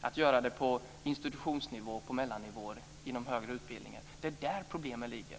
att göra det på institutionsnivå och på mellannivåer inom högre utbildningar. Det är där problemen ligger.